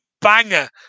banger